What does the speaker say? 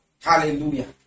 Hallelujah